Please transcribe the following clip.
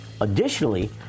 Additionally